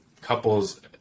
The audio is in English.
couples